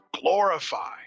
glorify